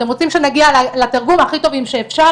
אתם רוצים שנגיע לתרגומים הכי טובים שאפשר.